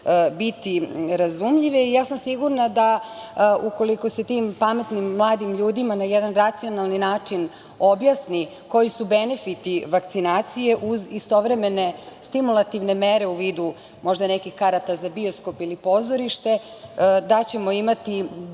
biti razumljive. Ja sam sigurna da ukoliko se tim pametnim mladim ljudima na jedan racionalan način objasni koji su benefiti vakcinacije, uz istovremene stimulativne mere u vidu možda nekih karata za bioskop ili pozorište, da ćemo imati